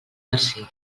versió